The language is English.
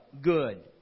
Good